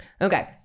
Okay